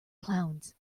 clowns